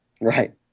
Right